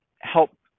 help